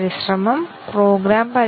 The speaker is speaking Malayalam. ഇവിടെയും ഫലം ടോഗിൾ ചെയ്യുന്നില്ല